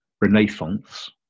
renaissance